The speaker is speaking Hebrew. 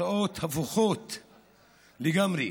תוצאות הפוכות לגמרי.